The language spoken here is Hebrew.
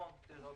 דירות